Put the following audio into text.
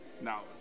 Now